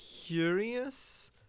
curious